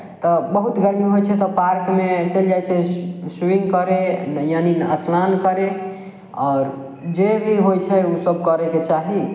तऽ बहुत गरमी होइ छै तऽ पार्कमे चलि जाइ छै स्विमिंग करय यानि स्नान करय आओर जे भी होइ छै उसब करयके चाही